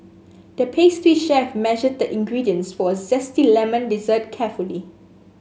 the pastry chef measured the ingredients for a zesty lemon dessert carefully